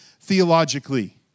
theologically